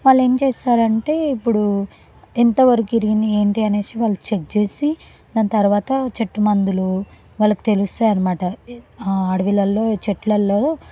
వాళ్ళేం చేస్తారంటే ఇప్పుడూ ఎంతవరకు విరిగింది ఏంటి అనేసి వాళ్ళు చెక్ చేసి దాని తర్వాత చెట్టు మందులు వాళ్ళకి తెలుస్తాయనమాట అడవిలల్లో చెట్లల్లో